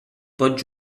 pot